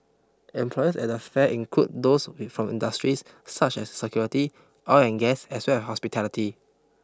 employers at the fair include those from industries such as security oil and gas as well as hospitality